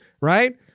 right